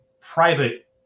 private